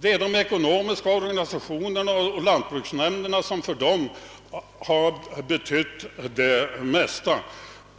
det är de ekonomiska organisationerna och lantbruksnämnderna som nu betyder mest för jordbrukarna.